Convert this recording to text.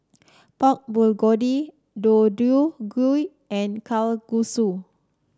Pork Bulgogi Deodeok Gui and Kalguksu